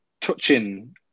touching